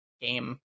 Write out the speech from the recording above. game